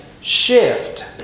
shift